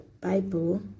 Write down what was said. bible